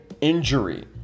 injury